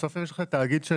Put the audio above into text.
בסוף יש לך תאגיד של-